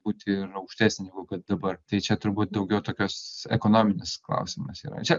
būti ir aukštesnė negu kad dabar tai čia turbūt daugiau tokios ekonominis klausimas yra čia